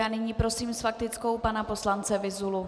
A nyní prosím s faktickou pana poslance Vyzulu.